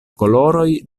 koloroj